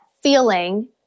feeling